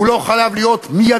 הוא לא חייב להיות מיידי,